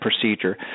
procedure